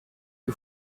you